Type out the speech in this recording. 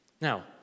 Now